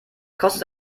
kostet